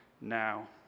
now